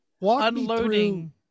unloading